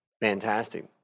Fantastic